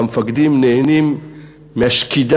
והמפקדים נהנים מהשקידה,